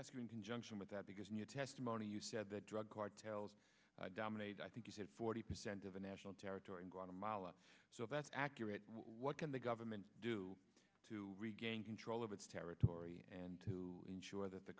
ask you in conjunction with that because in your testimony you said that drug cartels dominate i think you said forty percent of the national territory in guatemala so that's accurate what can the government do to regain control of its territory and to ensure that the